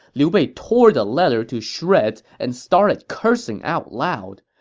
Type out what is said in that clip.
liu bei tore the letter to shreds and started cursing out loud.